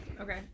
Okay